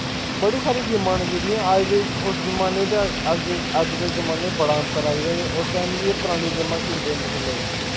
बड़ी सारी गेमां च जेह्ड़ियां अज ते उस ते अज्ज दे जमाने च बड़ा अन्तर आई दा उस टाईम इ'यै परानियां गेमां खेढदे होंदे हे लोग